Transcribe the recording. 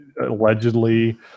allegedly